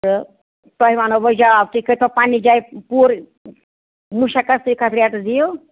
تہٕ تۄہہِ وَنو بہٕ جَواب تُہۍ کٔرۍ تو پَنٕنہِ جایہِ پوٗرٕ مُشقت تُہۍ کَتھ ریٹس دِیو